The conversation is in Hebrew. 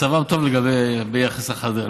מצבם טוב מאוד ביחס לחרדים.